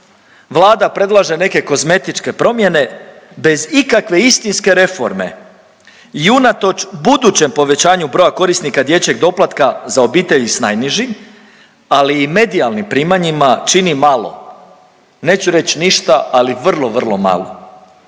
Vlada predlaže neke kozmetičke promjene bez ikakve istinske reforme i unatoč budućem povećanju broja korisnika dječjeg doplatka za obitelji s najnižim, ali i medijalnim primanjima čini malo, neću reć ništa, ali vrlo, vrlo malo.